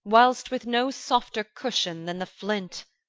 whilst, with no softer cushion than the flint,